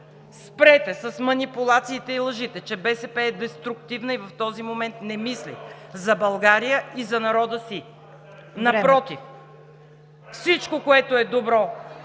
спрете с манипулациите и лъжите, че БСП е деструктивна и в този момент не мисли за България и за народа си. (Реплики от ГЕРБ: